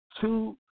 two